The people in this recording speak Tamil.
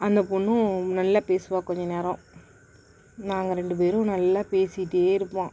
அந்த பொண்ணும் நல்ல பேசுவாள் கொஞ்சம் நேரம் நாங்கள் ரெண்டு பேரும் நல்லா பேசிகிட்டே இருப்போம்